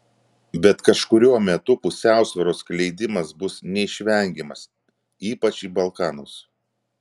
bet kažkuriuo metu pusiausvyros skleidimas bus neišvengiamas ypač į balkanus